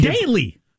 Daily